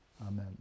Amen